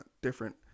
different